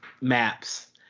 maps